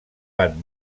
van